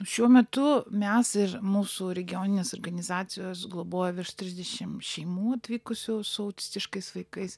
šiuo metu mes ir mūsų regioninės organizacijos globoja virš trisdešim šeimų atvykusių su autistiškais vaikais